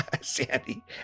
Sandy